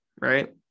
Right